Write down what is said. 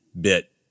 bit